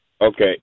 Okay